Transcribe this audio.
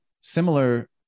similar